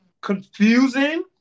confusing